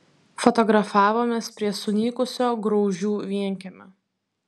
fotografavomės prie sunykusio graužių vienkiemio